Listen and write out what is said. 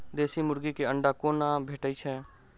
देसी मुर्गी केँ अंडा कोना भेटय छै?